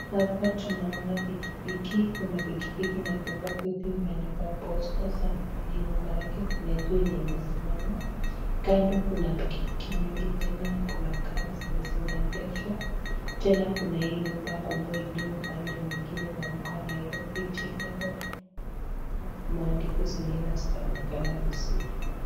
Hapa tunaona pikipiki, pikipiki imebeba vitu imeandikwa posta, saduku iko nyuma kuna yenye imesimama. Kando kuna pikipiki mingi tena kuna gari zenye zinaendeshwa. Tena kuna hii nyumba kubwa iliyo upande mwingine umeandikwa Nairobi general maandiko zingine hazionekani vizuri.